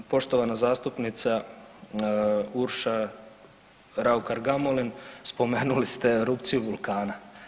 Poštovana zastupnica Urša Raukar-Gamulin spomenuli ste erupciju vulkana.